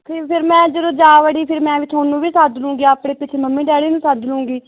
ਅਤੇ ਫਿਰ ਮੈਂ ਜਦੋਂ ਜਾ ਵੜੀ ਫਿਰ ਮੈਂ ਤੁਹਾਨੂੰ ਵੀ ਸੱਦ ਲੂਗੀ ਆਪੇ ਪਿੱਛੇ ਮੰਮੀ ਡੈਡੀ ਨੂੰ ਸੱਦ ਲੂਗੀ